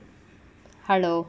hello